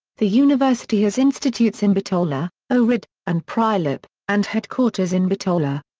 the university has institutes in bitola, ohrid, and prilep, and headquarters in bitola.